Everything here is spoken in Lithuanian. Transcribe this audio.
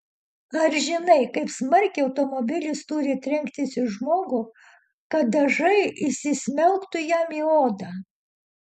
ar žinai kaip smarkiai automobilis turi trenktis į žmogų kad dažai įsismelktų jam į odą